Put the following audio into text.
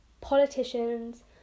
politicians